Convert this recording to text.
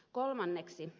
kolmanneksi